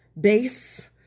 base